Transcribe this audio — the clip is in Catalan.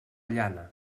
llana